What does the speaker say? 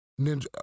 Ninja